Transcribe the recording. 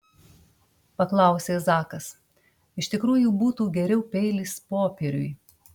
paklausė zakas iš tikrųjų būtų geriau peilis popieriui